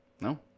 No